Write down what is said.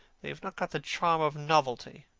they have not got the charm of novelty.